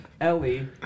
Ellie